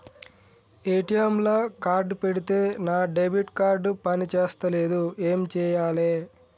ATM లా card పెడితే నా డెబిట్ కార్డ్ పని చేస్తలేదు ఏం చేయాలే?